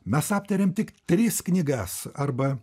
mes aptarėm tik tris knygas arba